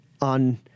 on